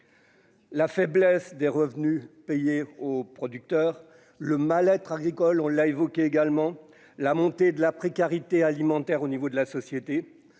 La faiblesse des revenus payé aux producteurs le mal-être agricole, on l'a évoqué également la montée de la précarité alimentaire au niveau de la société,